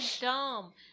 dumb